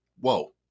Whoa